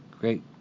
great